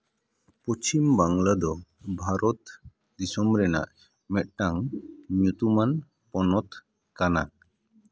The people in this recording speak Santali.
ᱯᱚᱪᱷᱤᱢ ᱵᱟᱝᱞᱟ ᱫᱚ ᱵᱷᱟᱨᱚᱛ ᱫᱤᱥᱳᱢ ᱨᱮᱱᱟᱜ ᱢᱮᱫᱴᱟᱝ ᱧᱩᱛᱩᱢᱟᱱ ᱯᱚᱱᱚᱛ ᱠᱟᱱᱟ